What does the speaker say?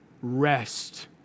rest